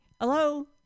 hello